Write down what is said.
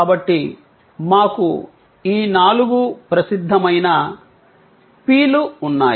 కాబట్టి మాకు ఈ నాలుగు ప్రసిద్ధమైన "P" లు ఉన్నాయి